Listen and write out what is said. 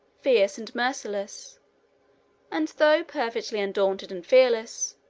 fierce and merciless and, though perfectly undaunted and fearless,